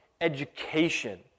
education